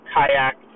Kayak